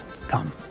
Come